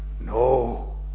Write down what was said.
No